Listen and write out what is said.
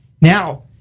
now